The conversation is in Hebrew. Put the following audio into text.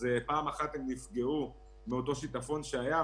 פעם אחת הם נפגעו מאותו שיטפון שהיה,